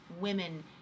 women